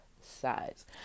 size